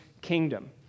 kingdom